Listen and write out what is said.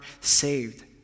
saved